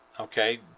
Okay